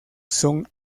son